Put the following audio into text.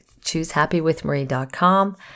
choosehappywithmarie.com